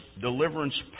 deliverance